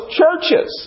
churches